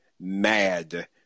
mad